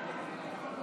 קושניר.